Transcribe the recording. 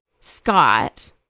Scott